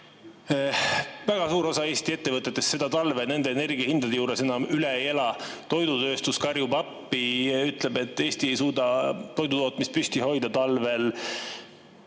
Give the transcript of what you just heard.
Väga suur osa Eesti ettevõtetest seda talve nende energiahindade juures enam üle ei ela. Toidutööstus karjub appi, ütleb, et Eesti ei suuda toidutootmist talvel